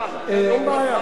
תן לו את הזמן חזרה.